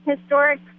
historic